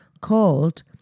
called